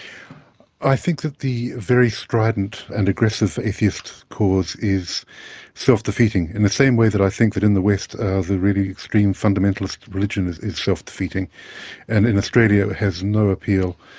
i think that the very strident and aggressive atheist cause is self-defeating, in the same way that i think that in the west, ah the really extreme fundamentalist religion is is self-defeating and in australia has no appeal.